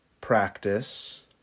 practice